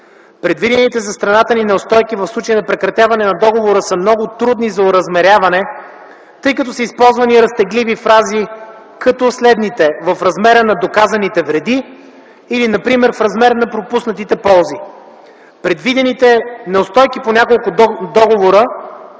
Предвидените за страната ни неустойки в случай на прекратяване на договора са много трудни за оразмеряване, тъй като са използвани разтегливи фрази като следните: „в размера на доказаните вреди” или например „в размер на пропуснатите ползи”. Предвидените неустойки по няколко договори